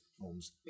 homes